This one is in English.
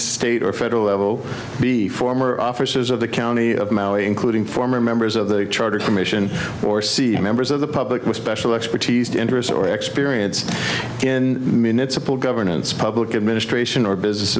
state or federal level be former officers of the county of maui including former members of the charter commission or see members of the public with special expertise the interest or experience in minutes of poor governance public administration or business